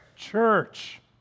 church